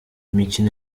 imikino